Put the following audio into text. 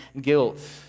guilt